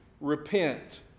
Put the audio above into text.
repent